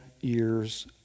years